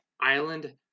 island